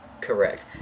Correct